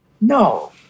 No